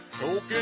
token